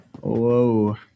Whoa